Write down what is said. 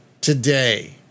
today